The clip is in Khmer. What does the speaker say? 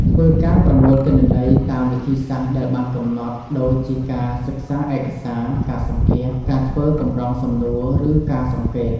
ធ្វើការប្រមូលទិន្នន័យតាមវិធីសាស្ត្រដែលបានកំណត់ ដូចជាការសិក្សាឯកសារ ការសម្ភាសន៍ ការធ្វើកម្រងសំណួរ ឬការសង្កេត។